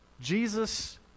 Jesus